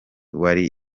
wari